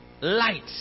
light